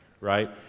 right